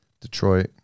Detroit